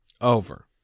Over